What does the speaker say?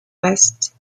vaste